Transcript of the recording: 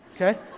okay